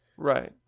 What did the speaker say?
Right